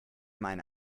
meine